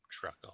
truck